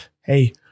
Hey